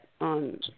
on